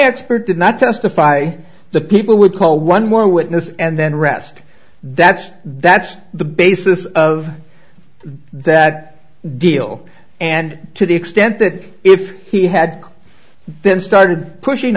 expert did not testify the people would call one more witness and then rest that's that's the basis of that deal and to the extent that if he had then started pushing